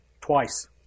twice